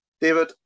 David